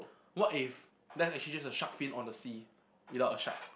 what if that's actually just a shark fin on the sea without a shark